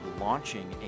launching